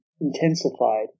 intensified